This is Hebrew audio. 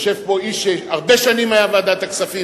יושב פה איש שהרבה שנים היה בוועדת הכספים